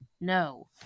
No